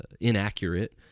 inaccurate